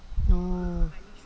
no